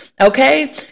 okay